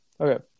Okay